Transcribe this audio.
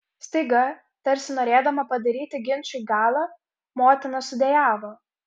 staiga tarsi norėdama padaryti ginčui galą motina sudejavo